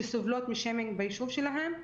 שסובלות משיימינג ביישוב שלהן.